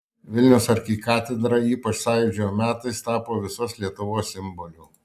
vilniaus arkikatedra ypač sąjūdžio metais tapo visos lietuvos simboliu